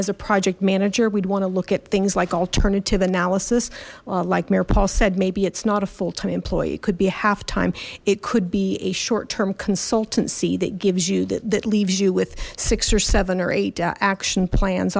as a project manager we'd want to look at things like alternative analysis like mayor paul said maybe it's not a full time employee it could be a half time it could be a short term consultancy that gives you that leaves you with six or seven or eight action plans